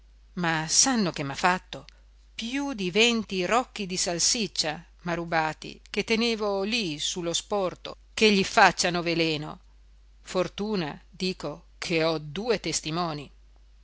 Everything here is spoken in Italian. ma sanno che m'ha fatto più di venti rocchi di salsiccia m'ha rubati che tenevo lì su lo sporto che gli facciano veleno fortuna dico che ho due testimoni